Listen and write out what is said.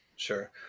Sure